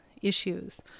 Issues